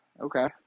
Okay